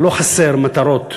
לא חסרות מטרות,